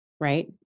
right